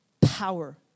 power